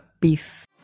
Peace